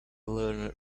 learner